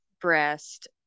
breast